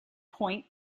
point